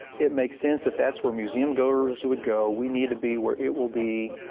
it makes sense that that's where museum goers would go. we needed to be where it will be,